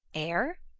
air?